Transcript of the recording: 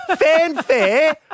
fanfare